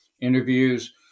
interviews